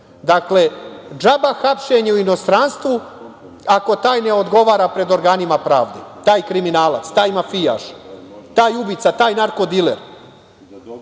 džaba hapšenje u inostranstvu ako taj ne odgovara pred organima pravde, taj kriminalac, taj mafijaš, taj ubica, taj narkodiler,